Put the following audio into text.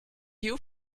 you